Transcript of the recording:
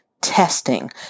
testing